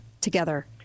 together